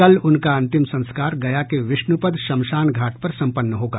कल उनका अंतिम संस्कार गया के विष्णुपद श्मशान घाट पर संपन्न होगा